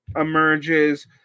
emerges